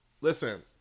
Listen